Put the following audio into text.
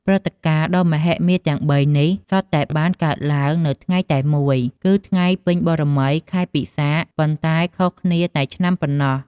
ព្រឹត្តិការណ៍ដ៏មហិមាទាំងបីនេះ សុទ្ធតែបានកើតឡើងនៅថ្ងៃតែមួយ គឺថ្ងៃពេញបូណ៌មីខែពិសាខ ប៉ុន្តែខុសគ្នាតែឆ្នាំប៉ុណ្ណោះ។